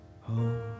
home